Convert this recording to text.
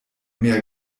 mehr